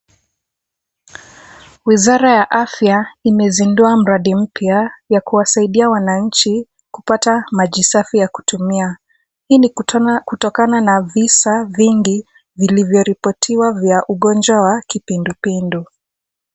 Wizara ya afya imezindua mradi mpya ya kuwasaidia wananchi kupata maji safi ya kutumia. Hii ni kutokana na visa vingi vilivyoripotiwa vya ugonjwa wa kipindupindu.